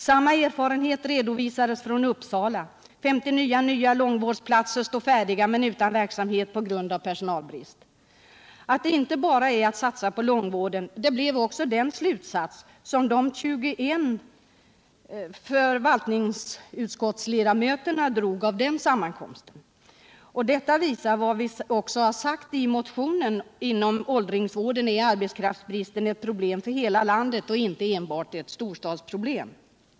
Samma erfarenhet redovisades från Uppsala. 54 nya långvårdsplatser står färdiga men utan verksamhet på grund av personalbrist. Att det inte bara är att satsa på långvården blev också den slutsats som de 21 förvaltningsutskottsledamöterna drog av denna sammankomst. Detta visar vad vi också sagt i motionen, nämligen att arbetskraftsbristen inom åldringsvården är ett problem för hela landet och inte enbart ett storstadsproblem.